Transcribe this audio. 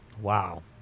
Wow